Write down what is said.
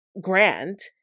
grant